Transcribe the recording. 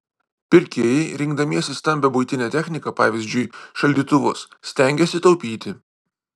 pirkėjai rinkdamiesi stambią buitinę techniką pavyzdžiui šaldytuvus stengiasi taupyti